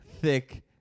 thick